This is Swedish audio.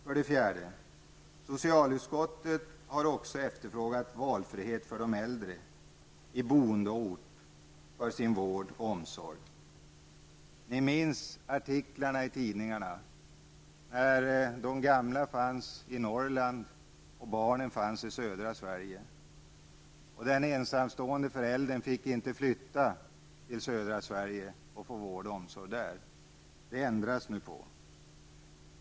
För det fjärde har socialutskottet också efterfrågat valfrihet för de äldre när det gäller boendeort för sin vård och omsorg. Ni minns artiklarna i tidningarna om att de gamla fanns i Norrland och barnen i södra Sverige. Den ensamstående föräldern fick inte flytta till södra Sverige och få vård och omsorg där. Det ändras det nu på.